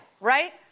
right